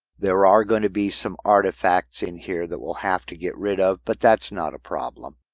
there are going to be some artifacts in here that we'll have to get rid of, but that's not a problem.